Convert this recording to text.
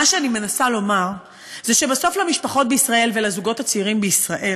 מה שאני מנסה לומר זה שבסוף למשפחות בישראל ולזוגות הצעירים בישראל